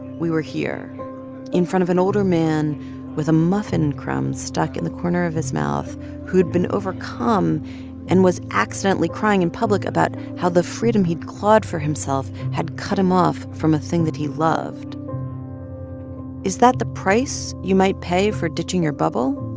we were here in front of an older man with a muffin crumb stuck in the corner of his mouth who had been overcome and was accidentally crying in public about how the freedom he'd clawed for himself had cut him off from a thing that he loved is that the price you might pay for ditching your bubble?